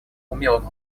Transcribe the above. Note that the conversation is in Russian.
умелым